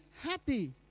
happy